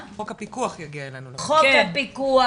חוק הפיקוח,